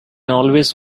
always